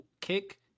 kick